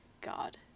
God